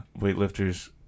weightlifters